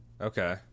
okay